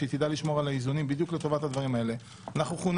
שהיא תדע לשמור על האיזונים בדיוק לטובת הדברים האלה.